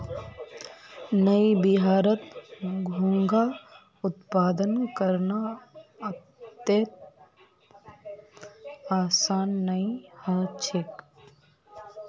नइ बिहारत घोंघा उत्पादन करना अत्ते आसान नइ ह छेक